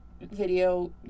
video